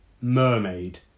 mermaid